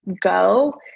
go